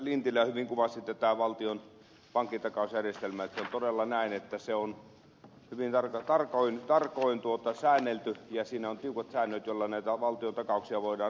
lintilä hyvin kuvasi tätä valtion pankkitakausjärjestelmää että se on todella näin että se on hyvin tarkoin säännelty ja siinä on tiukat säännöt joilla näitä valtiontakauksia voidaan antaa